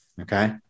Okay